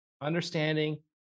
understanding